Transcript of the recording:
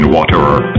Waterer